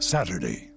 Saturday